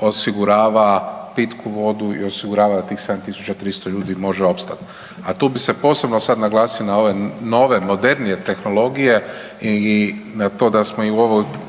osigurava pitku vodu i osigurava da tih 7300 ljudi može opstat. A tu bi se posebno sad naglasio na ove nove, modernije tehnologije i na to da smo i u ovom